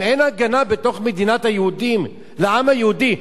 אם אין הגנה בתוך מדינת היהודים לעם היהודי,